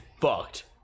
fucked